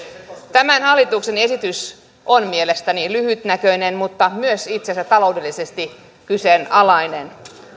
tämän hallituksen esitys on mielestäni lyhytnäköinen mutta myös itse asiassa taloudellisesti kyseenalainen